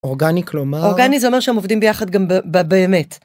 אורגני כלומר זה אומר שעובדים ביחד גם באמת.